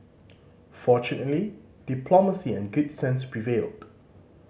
fortunately diplomacy and good sense prevailed